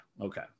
okay